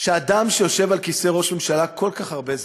שאדם שיושב על כיסא ראש ממשלה כל כך הרבה זמן,